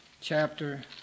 chapter